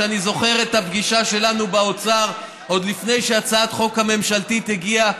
שאני זוכר את הפגישה שלנו באוצר עוד לפני שהצעת החוק הממשלתית הגיעה,